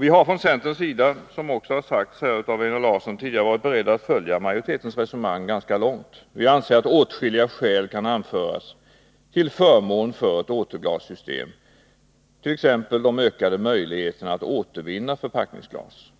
Vi har från centerns sida, som Einar Larsson tidigare framhållit, varit beredda att följa majoritetens resonemang ganska långt. Vi anser att åtskilliga skäl kan anföras till förmån för ett återglassystem, t.ex. de ökade möjligheterna att återvinna förpackningsglas.